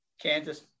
Kansas